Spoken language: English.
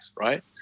right